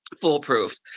foolproof